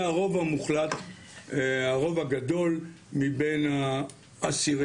480 מקומות בכל אחד מהם,